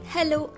Hello